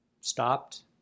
stopped